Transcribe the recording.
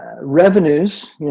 revenues